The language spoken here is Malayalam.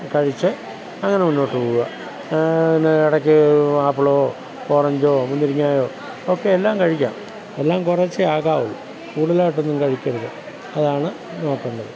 കഴിച്ച് അങ്ങനെ മുന്നോട്ടു പൂവാ എന്നാൽ എടക്കീ ആപ്പിളോ ഓറഞ്ചോ മുന്തിരിങ്ങയോ ഒക്കെ എല്ലാം കഴിക്കാം എല്ലാം കുറച്ചേ ആകാവൂ കൂടുതലായിട്ടൊന്നും കഴിക്കരുത് അതാണ് നോക്കേണ്ടത്